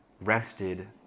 rested